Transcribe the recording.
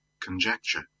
conjecture